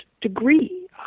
degree